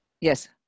yes